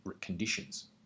conditions